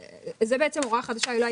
יש פה גם מעבר לזה,